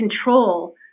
control